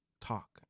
talk